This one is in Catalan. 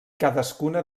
cadascuna